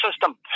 system